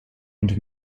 und